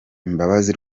imbabazi